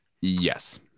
yes